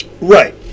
Right